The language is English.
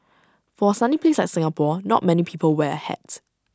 for A sunny place like Singapore not many people wear A hat